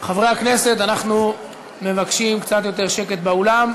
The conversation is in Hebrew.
חברי הכנסת, אנחנו מבקשים קצת יותר שקט באולם.